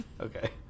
Okay